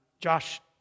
Josh